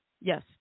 yes